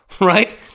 Right